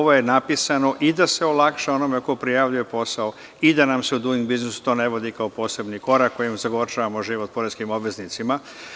Ovo je napisano i da se olakša onome ko prijavljuje posao i da nam se u duing biznisu to ne vodi kao posebni korak, kojim zagorčavamo život poreskim obveznicima.